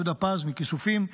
יהודה פז מכיסופים,